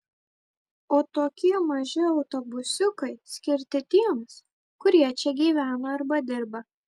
o tokie maži autobusiukai skirti tiems kurie čia gyvena arba dirba